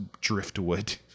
driftwood